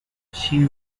she